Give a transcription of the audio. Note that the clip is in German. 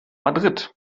madrid